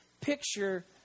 picture